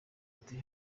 ati